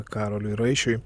karoliui raiščiui